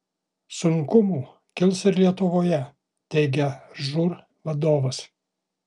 sunkumų kils ir lietuvoje teigia žūr vadovas